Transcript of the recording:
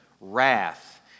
wrath